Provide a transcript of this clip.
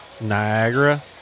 Niagara